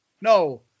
No